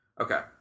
Okay